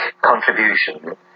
contribution